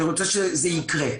אני רוצה שזה יקרה,